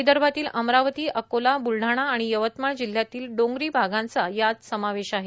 विदर्भातील अमरावती अकोला बुलढाणा आणि यवतमाळ जिल्ह्यातील डोंगरी भागांचा यात समावेश आहे